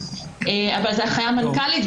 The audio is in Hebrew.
אבל זה הנחיה מנכ"לית.